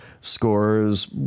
scores